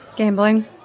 Gambling